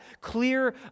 clear